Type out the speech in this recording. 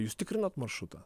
jūs tikrinot maršrutą